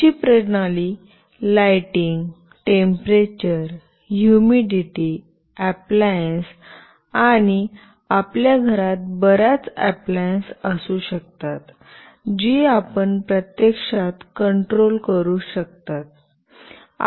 अशी प्रणाली lighting temperature humidity appliances आणि आपल्या घरात बर्याच अप्लायन्स असू शकतात जी आपण प्रत्यक्षात कंट्रोल करू शकता